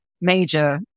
major